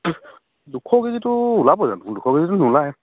দুশ কেজিটো ওলাব জানো দুশ কেজিটো নোলায়